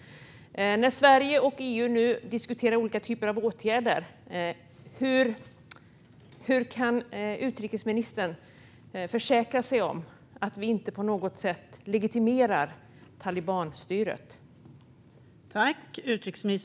När Sverige och EU nu diskuterar olika typer av åtgärder, hur kan utrikesministern försäkra sig om att vi inte på något sätt legitimerar talibanstyret?